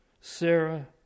Sarah